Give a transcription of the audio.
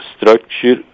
structure